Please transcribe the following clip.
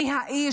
מי האיש,